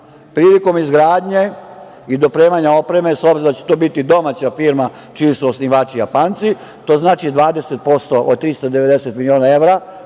prilikom izgradnje i dopremanja opreme, s obzirom da će to biti domaća firma čiji su osnivači Japanaci, to znači 20% od 390 miliona evra